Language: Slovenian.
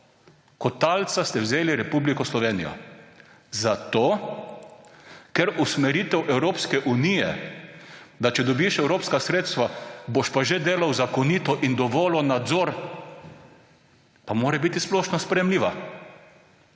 talca ste vzeli Republiko Slovenijo, ker usmeritev Evropske unije, da če dobiš evropska sredstva, boš pa že delal zakonito in dovolil nadzor, pa mora biti splošno sprejemljiva.